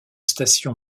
station